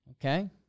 Okay